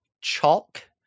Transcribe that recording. chalk